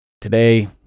today